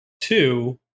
two